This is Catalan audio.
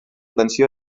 atenció